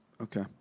Okay